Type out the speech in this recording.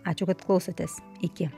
ačiū kad klausotės iki